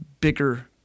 bigger